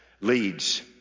Leads